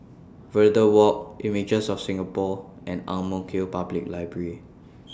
Verde Walk Images of Singapore and Ang Mo Kio Public Library